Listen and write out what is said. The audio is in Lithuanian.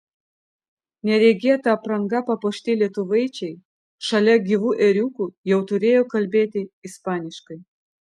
neregėta apranga papuošti lietuvaičiai šalia gyvų ėriukų jau turėjo kalbėti ispaniškai